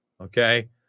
okay